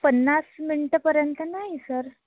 पन्नास मिनटंपर्यंत नाही सर